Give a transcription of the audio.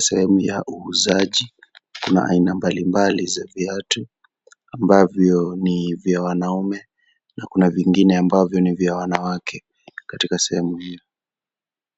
sehemu ya uuzaji na aina mbalimbali za viatu ambavyo ni vya wanaume na kuna vyingine ambavyo ni vya wanawake katika sehemu hii.